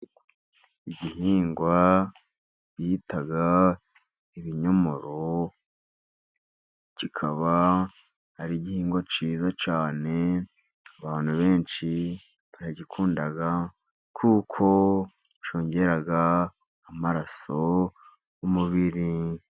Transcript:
Igihingwa bita ibinyomoro kikaba ari igihingwa cyiza cyane abantu benshi baragikunda kuko cyongera amaraso m'umubiri.